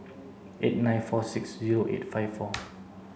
eight nine four six zero eight five four